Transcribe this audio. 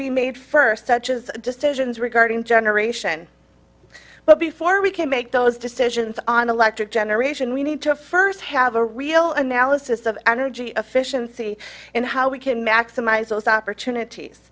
be made first such as just asians regarding generation but before we can make those decisions on electric generation we need to first have a real analysis of energy efficiency and how we can maximize those opportunities